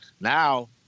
Now